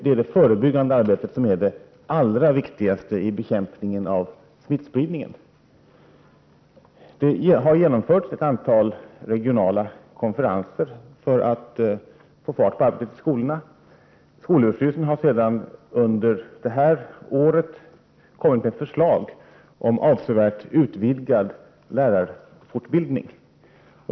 Det är det förebyggande arbetet som är det allra viktigaste vid bekämpningen av smittspridningen. Det har genomförts ett antal regionala konferenser för att få fart på arbetet i skolorna. Skolöverstyrelsen har under det här året kommit med ett förslag om en avsevärt utvidgad lärarfortbildning.